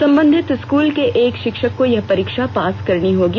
संबंधित स्कूल के एक शिक्षक को यह परीक्षा पास करनी होगी